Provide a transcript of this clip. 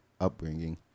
upbringing